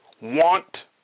want